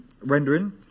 rendering